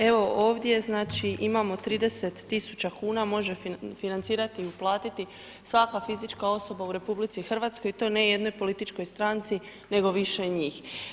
Evo ovdje znači imamo 30 tisuća kuna, može financirati i uplatiti svaka fizička osoba u RH i to ne jednoj političkoj stranci nego više njih.